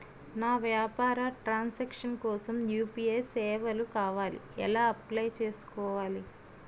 నా వ్యాపార ట్రన్ సాంక్షన్ కోసం యు.పి.ఐ సేవలు కావాలి ఎలా అప్లయ్ చేసుకోవాలి?